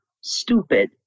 stupid